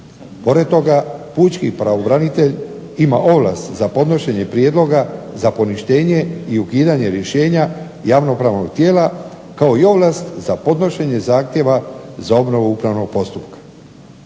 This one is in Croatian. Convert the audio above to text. Pored toga pučkog pravobranitelj ima ovlasti za podnošenje prijedloga za poništenje i ukidanje rješenja javnopravnog tijela kao i ovlast za podnošenje zahtjeva za obnovu upravnog postupka.